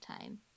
time